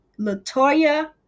Latoya